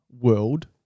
world